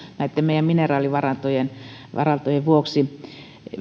näitten meidän mineraalivarantojen vuoksi